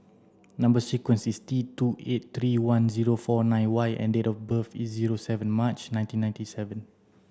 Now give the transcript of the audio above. number sequence is T two eight three one zero four nine Y and date of birth is zero seven March nineteen ninety seven